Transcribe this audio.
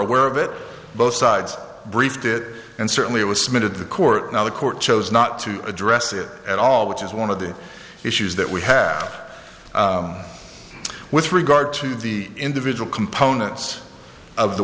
aware of it both sides briefed it and certainly it was submitted to the court now the court chose not to address it at all which is one of the issues that we have with regard to the individual components of the